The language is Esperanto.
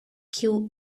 kiu